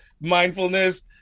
mindfulness